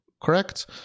correct